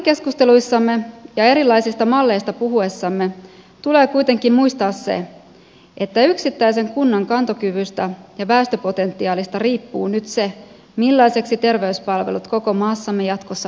salikeskusteluissamme ja erilaisista malleista puhuessamme tulee kuitenkin muistaa se että yksittäisen kunnan kantokyvystä ja väestöpotentiaalista riippuu nyt se millaiseksi terveyspalvelut koko maassamme jatkossa muodostuvat